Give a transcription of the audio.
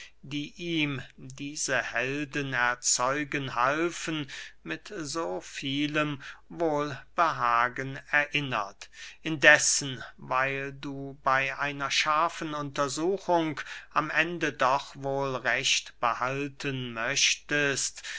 die ihm diese helden erzeugen halfen mit so vielem wohlbehagen erinnert indessen weil du bey einer scharfen untersuchung am ende doch wohl recht behalten möchtest